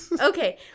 okay